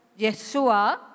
Yeshua